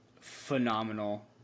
phenomenal